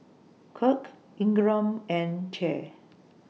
Kirk Ingram and Che